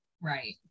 right